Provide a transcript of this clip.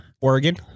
Oregon